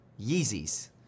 Yeezys